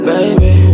Baby